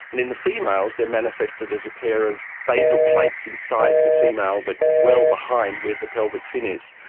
and in the females they are manifested as a pair of basal plates inside the female but well behind where the pelvic fin is.